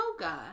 yoga